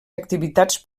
activitats